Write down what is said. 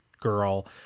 girl